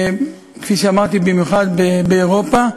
כפי שאמרתי, במיוחד באירופה.